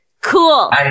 Cool